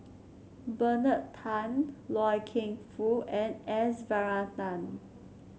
Bernard Tan Loy Keng Foo and S Varathan